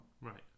Right